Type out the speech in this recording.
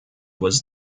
was